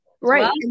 right